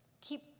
Keep